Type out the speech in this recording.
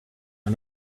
are